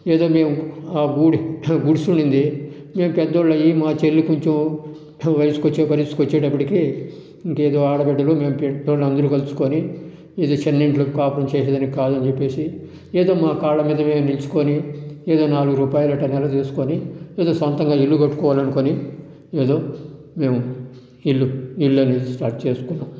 ఏదో మేము ఆ గుడి గుడిసె ఉండింది మేము పెద్దోళ్ళు అయ్యి మా చెల్లికి ఉద్యోగం వయసుకు వచ్చి పరిస్థితికి వచ్చేటప్పటికి ఇంకా మా ఆడబిడ్డలు మేం పెట్టిన అందరం కలుసుకొని ఈ చిన్న ఇంట్లో కాపురం చేసే దానికి కాదు అని చెప్పేసి ఏదో మా కాళ్ళ మీద మేము నిలుచుకొని ఏదో నాలుగు రూపాయలు అట్టా నెల చూసుకొని ఏదో సొంతంగా ఒక ఇల్లు కట్టుకోవాలి అనుకోని ఏదో మేము ఇల్లు ఇల్లు అనేది స్టార్ట్ చేసుకున్నాం